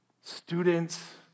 students